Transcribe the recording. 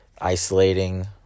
isolating